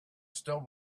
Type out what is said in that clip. still